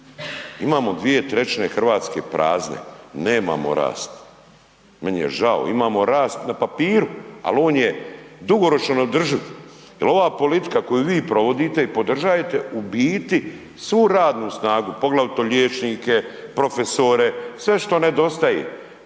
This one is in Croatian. Imamo 2/3 Hrvatske prazne, nemamo rast. Nemamo rast, meni je žao, imamo rast na papiru, ali on je dugoročno neodrživ, jer ova politika koju vi provodite i podržajete u biti svu radnu snagu poglavito liječnike, profesore sve što nedostaje